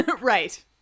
Right